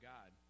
God